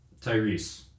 Tyrese